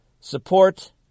support